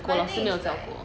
I think it's like